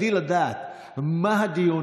בלי לדעת על מה הדיון.